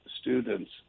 students